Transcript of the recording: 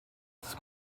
its